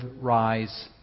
rise